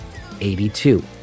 82